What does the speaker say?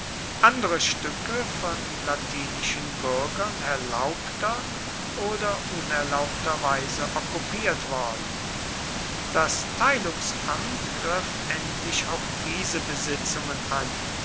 andere stücke von latinischen bürgern erlaubter oder unerlaubterweise okkupiert worden das teilungsamt griff endlich auch diese besitzungen an